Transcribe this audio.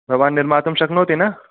भवान् निर्मातुं शक्नोति न